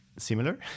similar